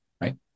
right